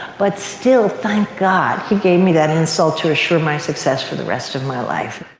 but still, thank god he gave me that insult to assure my success for the rest of my life.